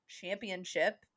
championship